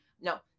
no